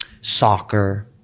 soccer